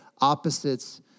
opposites